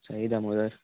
Sai Damodar